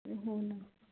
हो ना